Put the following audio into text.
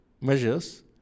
measures